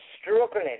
struggling